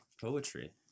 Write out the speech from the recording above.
poetry